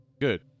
Good